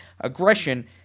aggression